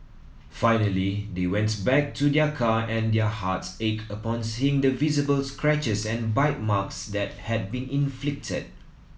finally they went back to their car and their hearts ached upon seeing the visible scratches and bite marks that had been inflicted